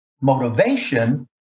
motivation